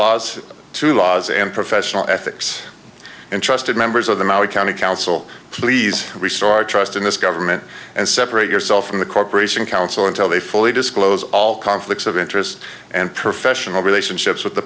laws to laws and professional ethics and trusted members of the maori county council please restart trust in this government and separate yourself from the corporation council until they fully disclose all conflicts of interest and professional relationships with the